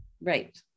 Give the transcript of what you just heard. Right